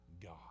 God